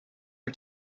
for